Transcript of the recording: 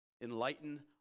Enlighten